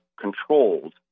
controlled